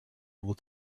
able